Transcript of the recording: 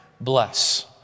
bless